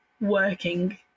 working